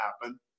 happen